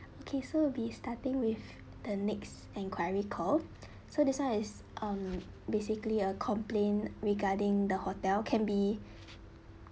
okay so we'll be starting with the next enquiry called so this one is um basically a complaint regarding the hotel can be